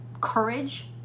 courage